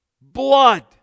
blood